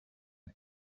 can